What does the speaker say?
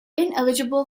ineligible